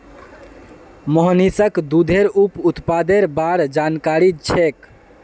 मोहनीशक दूधेर उप उत्पादेर बार जानकारी छेक